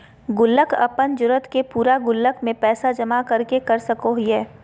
गुल्लक अपन जरूरत के पूरा गुल्लक में पैसा जमा कर के कर सको हइ